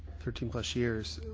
thirteen plus years.